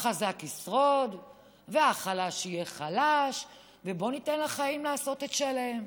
החזק ישרוד והחלש יהיה חלש ובואו ניתן לחיים לעשות את שלהם,